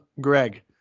Greg